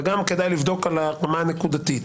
זה גם כדאי לבדוק על הרמה הנקודתית.